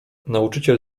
nauczyciel